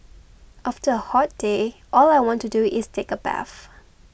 after a hot day all I want to do is take a bath